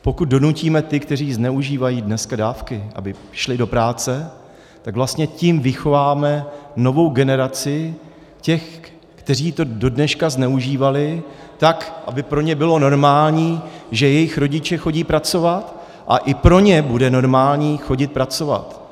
Pokud donutíme ty, kteří dneska zneužívají dávky, aby šli do práce, tak vlastně tím vychováme novou generaci těch, kteří to dodneška zneužívali, tak, aby pro ně bylo normální, že jejich rodiče chodí pracovat a i pro ně bude normální chodit pracovat.